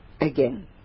again